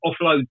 offload